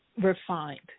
refined